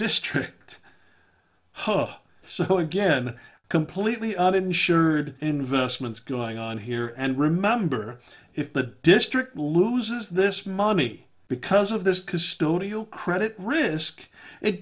district ho so again completely uninsured investments going on here and remember if the district loses this money because of this custodial credit risk it